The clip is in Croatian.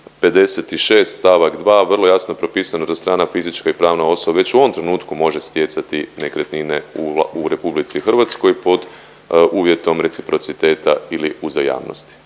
356. st. 2. vrlo jasno propisano da strana fizička i pravna osoba već u ovom trenutku može stjecati nekretnine u RH pod uvjetom reciprociteta ili uzajamnosti.